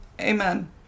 Amen